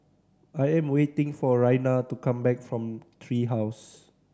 I am waiting for Raina to come back from Tree House